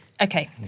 Okay